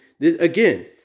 Again